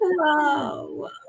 Wow